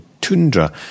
tundra